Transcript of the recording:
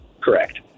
correct